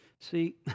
See